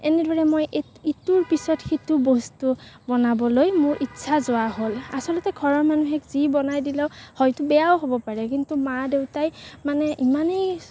এনেদৰে মই এ ইটোৰ পিছত সিটো বস্তু বনাবলৈ মোৰ ইচ্ছা যোৱা হ'ল আচলতে ঘৰৰ মানুহে যি বনাই দিলেও হয়টো বেয়াও হ'ব পাৰে কিন্তু মা দেউতাই মানে ইমানেই